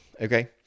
okay